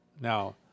Now